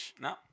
No